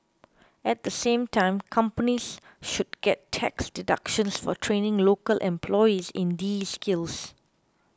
at the same time companies should get tax deductions for training local employees in these skills